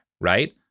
right